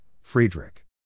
Friedrich